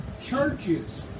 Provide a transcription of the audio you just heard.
churches